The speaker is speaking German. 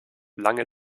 lange